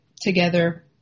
together